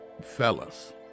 fellas